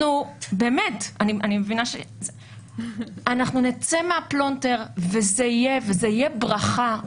אנחנו נצא מהפלונטר וזה יהיה ברכה.